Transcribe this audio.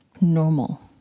normal